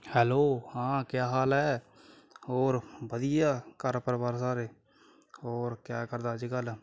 hello ਹਾਂ ਕਿਆ ਹਾਲ ਹੈ ਹੋਰ ਵਧੀਆ ਘਰ ਪਰਿਵਾਰ ਸਾਰੇ ਹੋਰ ਕਿਆ ਕਰਦਾ ਅੱਜ ਕੱਲ੍ਹ